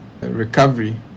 recovery